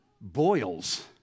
boils